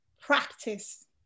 practice